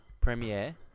premiere